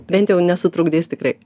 bent jau nesutrukdys tikrai